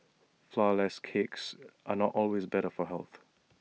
Flourless Cakes are not always better for health